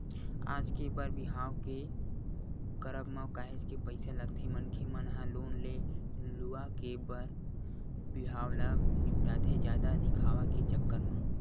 आज के बर बिहाव के करब म काहेच के पइसा लगथे मनखे मन ह लोन ले लुवा के बर बिहाव ल निपटाथे जादा दिखावा के चक्कर म